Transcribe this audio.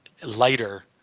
lighter